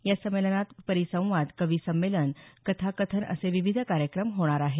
या संमेलनात परिसंवाद कवी संमेलन कथाकथन असे विविध कार्यक्रम होणार आहेत